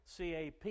CAP